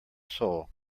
soul